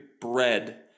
bread